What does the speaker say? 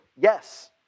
yes